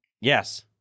Yes